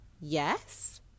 yes